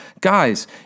Guys